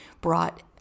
brought